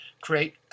create